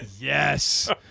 Yes